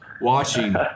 watching